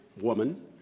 woman